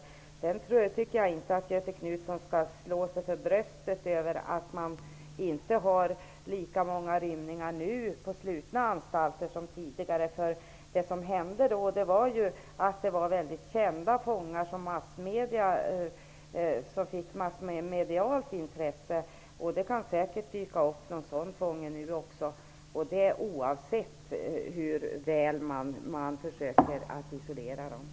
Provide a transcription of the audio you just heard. Vidare tycker jag inte att Göthe Knutson har anledning att slå sig för bröstet, därför att antalet rymningar från slutna anstalter inte är lika stort nu som det var tidigare. Tidigare har det ju varit fråga om väldigt kända fångar som mött massmedialt intresse. Säkert kan sådant hända nu också. Det händer hur väl man än försöker isolera internerna.